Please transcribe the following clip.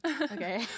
Okay